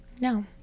No